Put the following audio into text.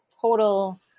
total